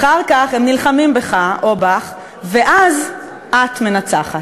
אחר כך הם נלחמים בךָ או בךְ, ואז את מנצחת.